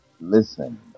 listen